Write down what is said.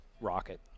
Rocket